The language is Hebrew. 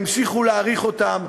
והמשיכו להאריך אותם.